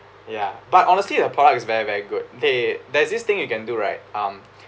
ya but honestly their product is very very good they there's this thing you can do right um